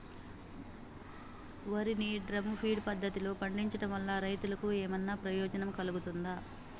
వరి ని drum feed పద్ధతిలో పండించడం వల్ల రైతులకు ఏమన్నా ప్రయోజనం కలుగుతదా?